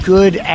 Good